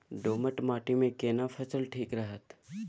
दोमट माटी मे केना फसल ठीक रहत?